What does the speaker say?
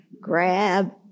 Grab